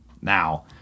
now